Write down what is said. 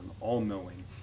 all-knowing